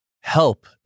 help